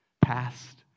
Past